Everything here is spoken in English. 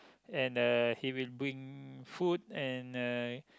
and uh he will bring food and uh